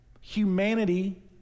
humanity